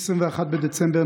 21 בדצמבר,